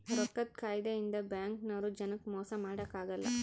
ರೊಕ್ಕದ್ ಕಾಯಿದೆ ಇಂದ ಬ್ಯಾಂಕ್ ನವ್ರು ಜನಕ್ ಮೊಸ ಮಾಡಕ ಅಗಲ್ಲ